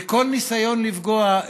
וכל ניסיון לפגוע,